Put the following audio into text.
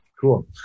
Cool